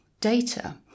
data